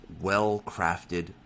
well-crafted